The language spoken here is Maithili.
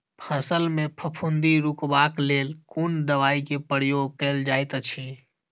फसल मे फफूंदी रुकबाक लेल कुन दवाई केँ प्रयोग कैल जाइत अछि?